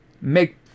make